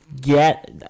get